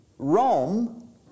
Rome